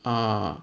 ah